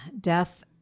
death